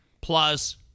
plus